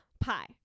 pie